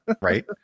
Right